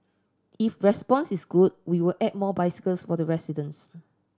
if response is good we will add more bicycles for the residents